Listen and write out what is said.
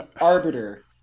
arbiter